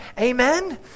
amen